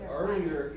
earlier